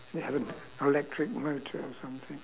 it'd have a electric motor or something